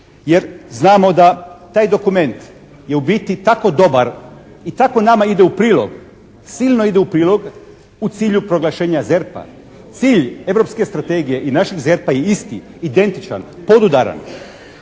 jer znamo da taj dokument je u biti tako dobar i tako nama ide u prilog, silno ide u prilog u cilju proglašenja ZERP-a. Cilj Europske strategije i našeg ZERP-a je isti, identičan, podudaran,